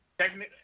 Technically